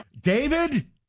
David